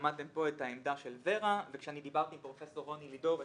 שמעתם פה את העמדה של ור"ה וכשאני דיברתי עם פרופ' רוני לידור אתמול,